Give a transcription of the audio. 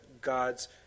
God's